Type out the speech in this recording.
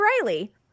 Riley